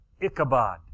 Ichabod